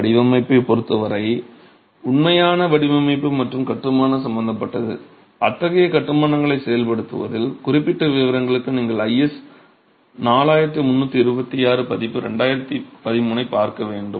வடிவமைப்பைப் பொறுத்த வரை உண்மையான வடிவமைப்பு மற்றும் கட்டுமானம் சம்பந்தப்பட்டது அத்தகைய கட்டுமானங்களைச் செயல்படுத்துவதில் குறிப்பிட்ட விவரங்களுக்கு நீங்கள் IS 4326 பதிப்பு 2013 ஐப் பார்க்க வேண்டும்